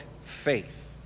faith